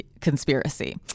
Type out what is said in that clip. conspiracy